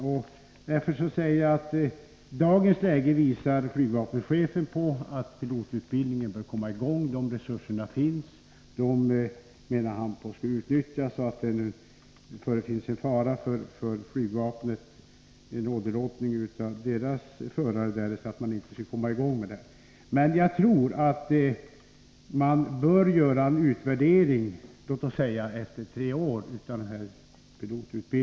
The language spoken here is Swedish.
I dagens läge visar flygvapenchefen på att pilotutbildningen bör komma i gång. Resurserna finns och bör utnyttjas. Han menar att det föreligger en fara för åderlåtning på flygförare från flygvapnet därest man inte kommer i gång med denna utbildning. Jag tror dock att man bör göra en utvärdering av pilotutbildningen efter låt oss säga tre år.